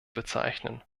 bezeichnen